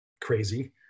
crazy